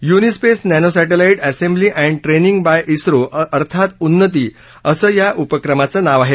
UNISPACE nanosatellite assembly and training by ISRO अर्थात उन्नती असं या उपक्रमाचं नाव आहे